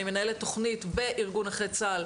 אני מנהלת תכנית בארגון נכי צה"ל,